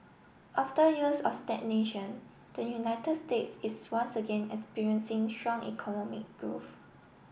after years of stagnation the United States is once again experiencing strong economic growth